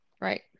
Right